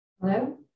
Hello